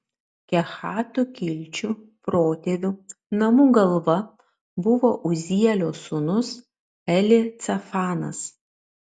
kehatų kilčių protėvių namų galva buvo uzielio sūnus elicafanas